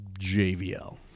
JVL